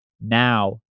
Now